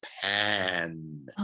pan